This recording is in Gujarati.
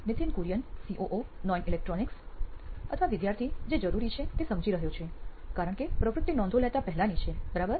નિથિન કુરિયન સીઓઓ નોઇન ઇલેક્ટ્રોનિક્સ અથવા વિદ્યાર્થી જે જરૂરી છે તે સમજી રહ્યો છે કારણ કે પ્રવૃત્તિ નોંધો લેતા પહેલાની છે બરાબર